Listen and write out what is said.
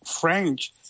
French